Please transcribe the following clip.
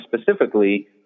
specifically